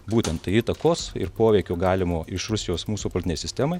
būtent įtakos ir poveikių galimo iš rusijos mūsų partinei sistemai